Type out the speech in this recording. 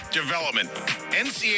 development